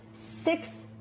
Six